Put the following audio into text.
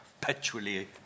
perpetually